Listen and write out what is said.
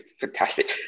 fantastic